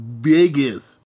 biggest